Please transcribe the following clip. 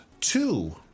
two